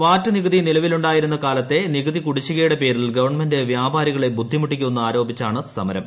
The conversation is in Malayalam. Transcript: വാറ്റ് നിലവിലുണ്ടായിരുന്ന കാലത്തെ നികുതി കുടിശ്ശികയുടെ പേരിൽ ഗവൺമെന്റ് വ്യാപാരികളെ ബുദ്ധിമുട്ടിക്കുന്നുവെന്ന് ആരോപിച്ചാണ് സമരം